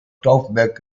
stauffenberg